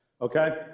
okay